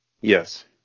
Yes